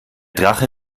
drache